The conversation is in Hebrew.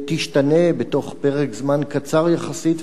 תשתנה בתוך פרק זמן קצר יחסית,